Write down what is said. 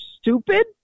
stupid